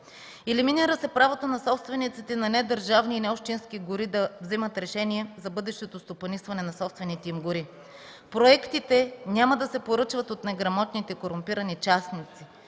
Елиминира се правото на собствениците на недържавни и необщински гори да взимат решение за бъдещото стопанисване на собствените им гори. Проектите няма да се поръчват от „неграмотните, корумпирани частници”